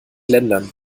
ländern